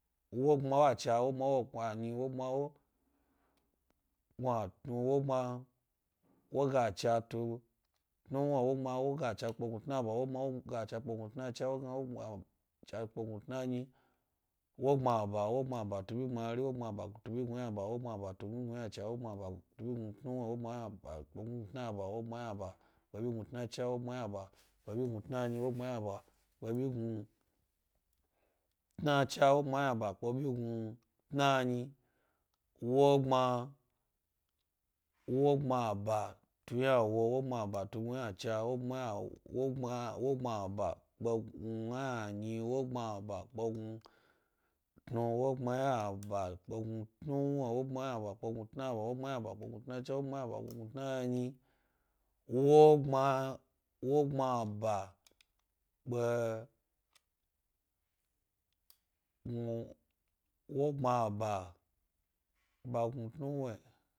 Wogbma wogbmma, anyi, wo gnuatnu, wogbma wogacha tu tnuwni, wogbma wogacha pke gnu tnaba, wogbma-wogach pke gnuatnacha, wogbma wogbma chapke gnu tnanyi, wogbmaba. Wo gbmata tubi gbmari, wogbma a bat u tubi gnuynaba, wogbma bat ubi gnuynacha, wogbma ba fubi gnu tnuwai, wogbma yna bat ubi gnu tnacha, wogbma ynaba tubi gnu tnanyi, wogbina ynaba pje bignu tnacha, wogbma yna ba pke bi gnu tnanyi, wwogbma-wogbma ba tuynawo, wogbma bat u gnu ynacha, wogbmayna-wogbma wogbma ba pke yna nyi, wogbma yna ba pke gnu-tnu. wogbma ynaba pke gnu tnuwni, wo gbma ynaba pke gnu tnaba, wogbma ynaba pke gnu tnacha, wogbma ynaba gnu tnanyi, wogbma-wogbma ba pke-gnu-wwogbma ba pke gnu tnuwni.